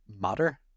matter